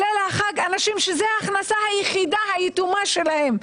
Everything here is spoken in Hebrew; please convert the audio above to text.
יתארגנו כשזאת ההכנסה היחידה שלהם?